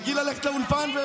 הוא רגיל ללכת לאולפן,